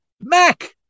Mac